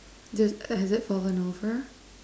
does has it fallen over